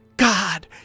God